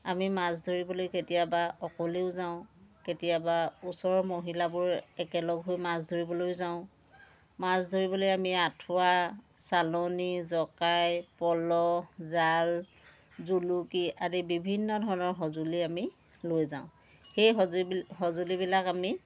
আমি মাছ ধৰিবলৈ কেতিয়াবা অকলেও যাওঁ কেতিয়াবা ওচৰৰ মহিলাবোৰ একেলগ হৈ মাছ ধৰিবলৈয়ো যাওঁ মাছ ধৰিবলৈ আমি আঁঠুৱা চালনি জকাই পল' জাল জুলুকী আদি বিভিন্ন ধৰণৰ সঁজুলি আমি লৈ যাওঁ সেই সঁজুলি সঁজুলিবিলাক আমি